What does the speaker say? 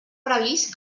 previst